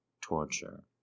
torture